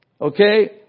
Okay